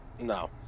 No